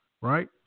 right